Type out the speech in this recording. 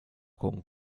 con